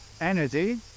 energy